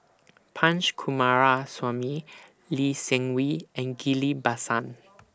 Punch Coomaraswamy Lee Seng Wee and Ghillie BaSan